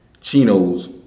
Chino's